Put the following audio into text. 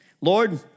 Lord